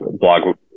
blog